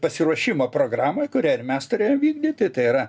pasiruošimo programoj kurią ir mes turėjom vykdyti tai yra